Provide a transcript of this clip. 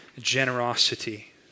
generosity